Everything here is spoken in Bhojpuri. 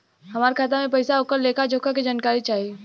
हमार खाता में पैसा ओकर लेखा जोखा के जानकारी चाही?